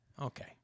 Okay